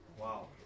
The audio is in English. Wow